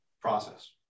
process